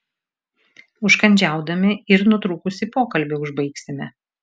užkandžiaudami ir nutrūkusį pokalbį užbaigsime